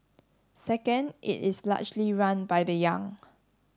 second it is largely run by the young